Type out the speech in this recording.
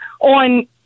on